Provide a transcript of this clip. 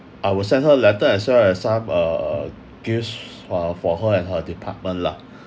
I will send her letter as well as some uh gifts uh for her and her department lah